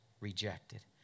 rejected